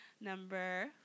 Number